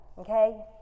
okay